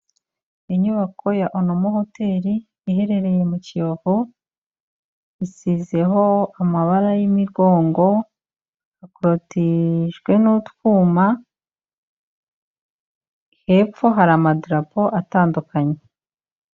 Inyubako ya onomo hoteli, iherereye mu Kiyovu, isizeho amabara y'imigongo, hakorotijwe n'utwuma, hepfo hari amadarapo atandukanye.